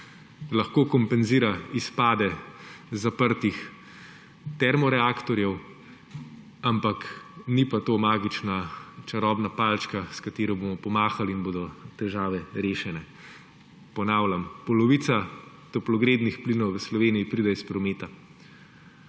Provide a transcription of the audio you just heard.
lahko kompenzira izpade zaprtih termoreaktorjev, ampak ni pa to magična čarobna palčka, s katero bomo pomahali in bodo težave rešene. Ponavljam, polovica toplogrednih plinov v Sloveniji pride iz prometa.